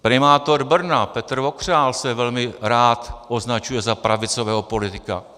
Primátor Brna Petr Vokřál se velmi rád označuje za pravicového politika.